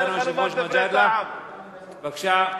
בסדר,